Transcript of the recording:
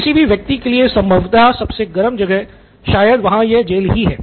किसी भी व्यक्ति के लिए संभवतः सबसे गर्म जगह शायद वहां यह जेल ही है